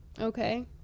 Okay